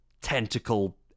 tentacle